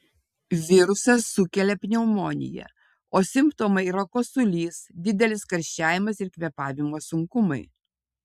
virusas sukelia pneumoniją o simptomai yra kosulys didelis karščiavimas ir kvėpavimo sunkumai